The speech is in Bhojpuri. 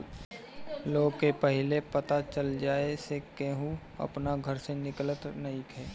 लोग के पहिले पता चल जाए से केहू अपना घर से निकलत नइखे